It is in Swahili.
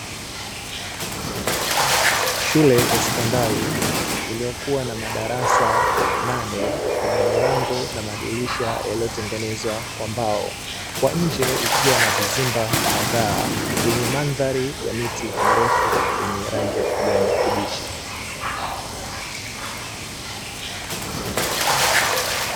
Shule ye sekondari iliyokuwa na madarasa nane yenye milango na madirisha, yaliyotengenezwa kwa mbao kwa nje ikiwa na vizimba kadhaa yenye mandhari ya miti mirefu yenye rangi ya kijani kibichi.